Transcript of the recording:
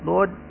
Lord